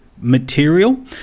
material